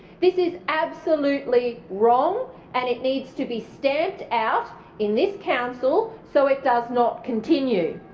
this is absolutely wrong and it needs to be stamped out in this council so it does not continue.